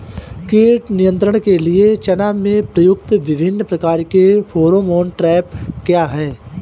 कीट नियंत्रण के लिए चना में प्रयुक्त विभिन्न प्रकार के फेरोमोन ट्रैप क्या है?